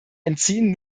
entziehen